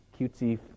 cutesy